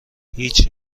هیچ